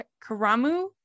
Karamu